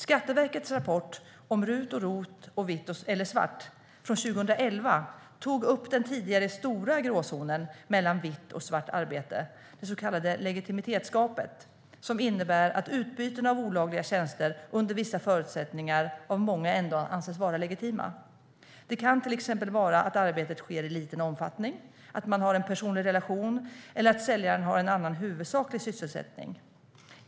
Skatteverkets rapport Om RUT och ROT och vitt eller svart från 2011 tog upp den tidigare stora gråzonen mellan vitt och svart arbete, det så kallade legitimitetsgapet, som innebär att utbyten av olagliga tjänster under vissa förutsättningar av många ändå anses vara legitima. Det kan till exempel vara att arbetet sker i liten omfattning, att man har en personlig relation eller att säljaren har en annan huvudsaklig sysselsättning.